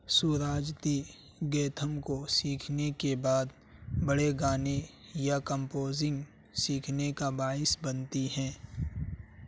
سوراجتی گیتھم کو سیکھنے کے بعد بڑے گانے یا کمپوزنگ سیکھنے کا باعث بنتی ہیں